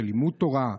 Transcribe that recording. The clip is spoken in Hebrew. של לימוד תורה.